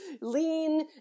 lean